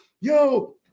yo